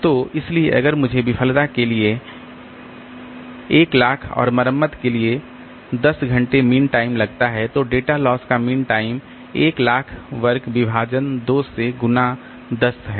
तो इसलिए अगर मुझे विफलता के लिए 100000 और मरम्मत के लिए 10 घंटे मीन टाइम लगता है तो डेटा लॉस का मीन टाइम 100000 वर्ग विभाजन 2 से गुणा 10 है